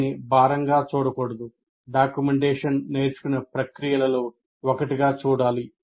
దీనిని భారంగా చూడకూడదు డాక్యుమెంటేషన్ నేర్చుకునే ప్రక్రియలలో ఒకటిగా చూడాలి